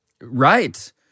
right